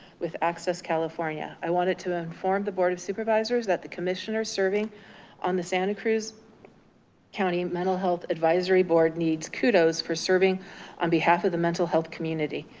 with access california. i wanted to inform the board of supervisors that the commissioner serving on the santa cruz county mental health advisory board needs kudos for serving on behalf of the mental health community.